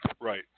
right